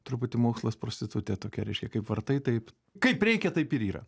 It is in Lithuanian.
truputį mokslas prostitutė tokia reiškia kaip vartai taip kaip reikia taip ir yra